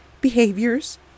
behaviors